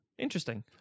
interesting